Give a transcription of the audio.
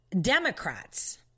Democrats